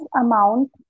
amount